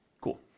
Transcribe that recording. Cool